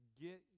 get